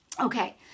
Okay